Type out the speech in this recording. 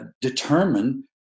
determine